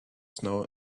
snow